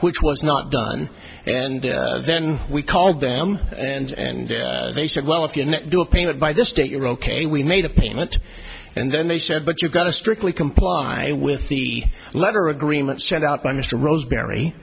which was not done and then we called them and they said well if you do a payment by the state you're ok we made a payment and then they said but you've got to strictly comply with the letter agreement sent out by mr roseberry